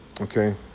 okay